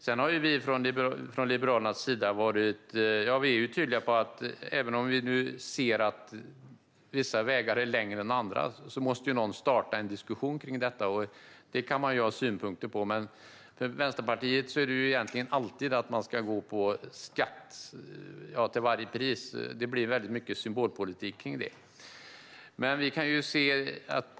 Sedan har vi från Liberalernas sida varit tydliga med att även om vissa vägar är längre än andra måste någon starta en diskussion om detta. Det kan man ju ha synpunkter på. Men för Vänsterpartiet handlar det om att det ska vara en skatt till varje pris. Det blir väldigt mycket symbolpolitik av det.